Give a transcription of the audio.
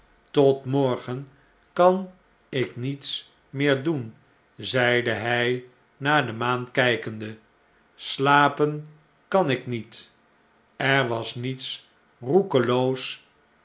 tot morgen kan ik niets meer doen zeide hij naar de maan kjjkende siapen kan ik niet er was niets roekeloos